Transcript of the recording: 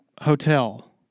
Hotel